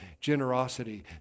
generosity